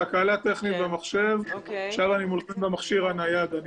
תקלה טכנית במחשב ועכשיו אני במכשיר הנייד.